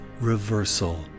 reversal